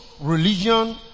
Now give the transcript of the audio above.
religion